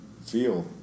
feel